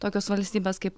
tokios valstybės kaip